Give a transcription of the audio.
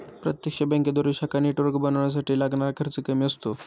प्रत्यक्ष बँकेद्वारे शाखा नेटवर्क बनवण्यासाठी लागणारा खर्च कमी असतो